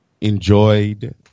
enjoyed